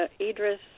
Idris